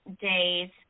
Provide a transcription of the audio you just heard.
days